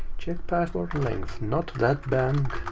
checkpasswordlength. not that.